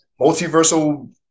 multiversal